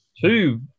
two